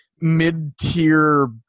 mid-tier